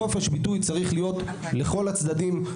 חופש ביטוי צריך להיות לכל הצדדים,